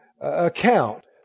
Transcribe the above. account